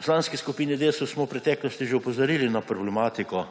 Poslanski skupini Desus smo v preteklosti že opozorili na problematiko